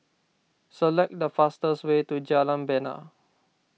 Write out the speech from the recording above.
select the fastest way to Jalan Bena